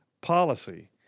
policy